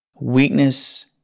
weakness